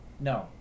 no